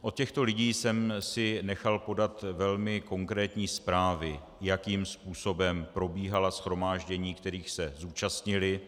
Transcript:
Od těchto lidí jsem si nechal podat velmi konkrétní zprávy, jakým způsobem probíhala shromáždění, kterých se zúčastnili.